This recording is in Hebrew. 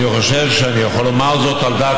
אני חושב שאני יכול לומר זאת על דעת